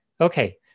Okay